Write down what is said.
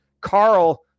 Carl